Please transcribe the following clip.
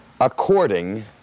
according